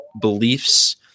beliefs